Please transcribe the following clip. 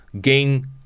gain